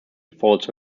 false